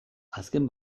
azken